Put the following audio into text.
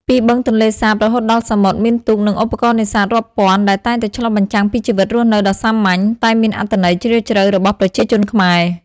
ពីបឹងទន្លេសាបរហូតដល់សមុទ្រ មានទូក និងឧបករណ៍នេសាទរាប់ពាន់ដែលតែងតែឆ្លុះបញ្ចាំងពីជីវិតរស់នៅដ៏សាមញ្ញ តែមានអត្ថន័យជ្រាលជ្រៅរបស់ប្រជាជនខ្មែរ។